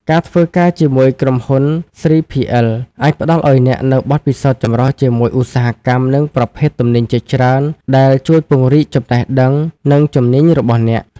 ការធ្វើការជាមួយក្រុមហ៊ុន 3PL អាចផ្តល់ឱ្យអ្នកនូវបទពិសោធន៍ចម្រុះជាមួយឧស្សាហកម្ម និងប្រភេទទំនិញជាច្រើន ដែលជួយពង្រីកចំណេះដឹង និងជំនាញរបស់អ្នក។